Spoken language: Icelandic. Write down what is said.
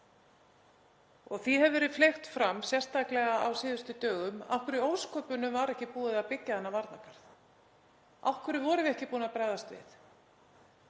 Því hefur verið fleygt fram, sérstaklega á síðustu dögum: Af hverju í ósköpunum var ekki búið að byggja þennan varnargarð? Af hverju vorum við ekki búin að bregðast við?